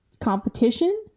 competition